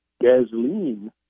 gasoline